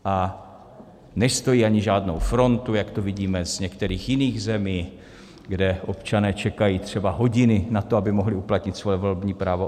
A nestojí ani žádnou frontu, jak to vidíme z některých jiných zemí, kde občané čekají třeba hodiny na to, aby mohli uplatnit svoje volební právo.